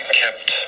kept